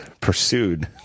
pursued